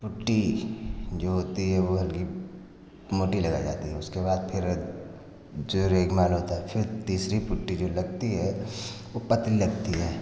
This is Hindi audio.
पुट्टी जो होती है वो हल्की मोटी लगाई जाती है उसके बाद फिर जो रेगमाल होता है फिर तीसरी पुट्टी जो लगती है उ पतली लगती है